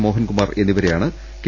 മോഹൻകുമാർ എന്നിവരെയാണ് കെ